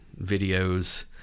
videos